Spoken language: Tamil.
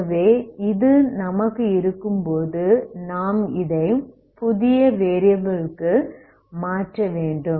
ஆகவே இது நமக்கு இருக்கும்போது நாம் இதை புதிய வேரியபில் க்கு மாற்ற வேண்டும்